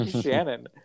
Shannon